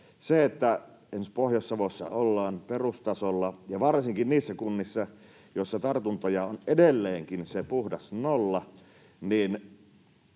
Esimerkiksi Pohjois-Savossa ollaan perustasolla, ja varsinkin niissä kunnissa, joissa tartuntoja on edelleenkin se puhdas nolla, voisi